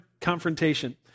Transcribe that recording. confrontation